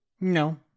No